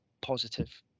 positive